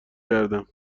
کردم